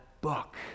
book